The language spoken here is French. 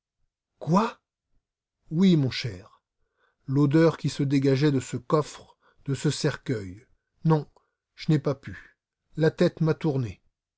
quoi oui mon cher l'odeur qui se dégageait de ce coffre de ce cercueil non je n'ai pas pu la tête m'a tourné